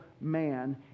man